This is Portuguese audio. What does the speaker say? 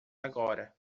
agora